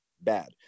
bad